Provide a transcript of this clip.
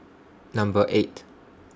Number eight